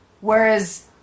Whereas